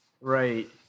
Right